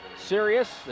Serious